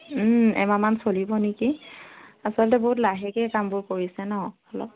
এমাহমান চলিব নেকি আচলতে বহুত লাহেকৈ কামবোৰ কৰিছে ন'